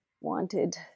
wanted